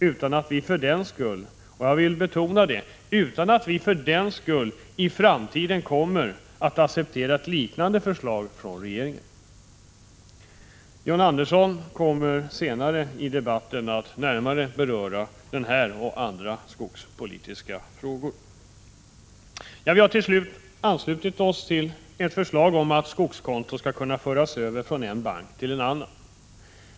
Men för den skull — det vill jag betona —- kommer vi inte heller i framtiden att acceptera ett liknande förslag från regeringen. John Andersson kommer senare i debatten att närmare beröra den här frågan och även andra skogspolitiska frågor. Vi har, till slut, anslutit oss till förslaget om att skogskonton skall kunna föras över från en bank till en annan.